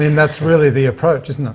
and that's really the approach.